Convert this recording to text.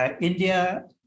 India